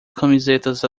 camisetas